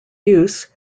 use